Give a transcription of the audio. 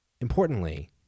importantly